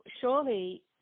surely